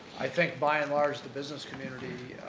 i think, by and large, the business community,